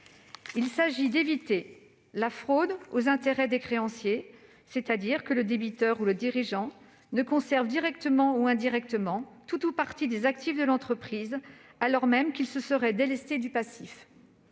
Il s'agit d'éviter la fraude aux intérêts des créanciers, c'est-à-dire que le débiteur ou le dirigeant ne conserve directement ou indirectement tout ou partie des actifs de l'entreprise, alors même qu'il se serait délesté du passif.